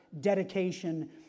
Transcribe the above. dedication